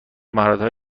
مهارتهای